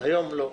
היום לא.